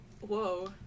Whoa